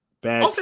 bad